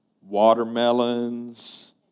Watermelons